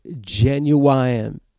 genuine